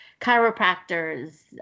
chiropractors